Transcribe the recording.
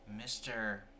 Mr